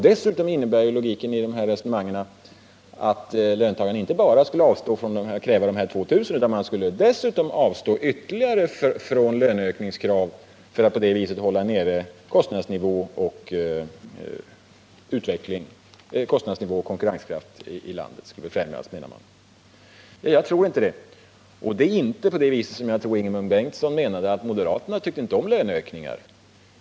Dessutom innebär detta resonemang att löntagarna inte bara skulle avstå från att kräva dessa 2 006 kr. utan dessutom avstå från ytterligare löneökningskrav för att hålla nere kostnadsnivåerna och på så sätt främja konkurrenskraften i landet. Jag tror inte på det. Det är inte på det sättet, som jag tror att Ingemund Bengtsson menade, att moderaterna inte tycker om löneökningar.